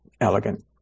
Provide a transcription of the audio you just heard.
elegant